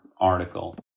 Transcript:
article